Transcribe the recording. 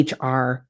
HR